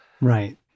Right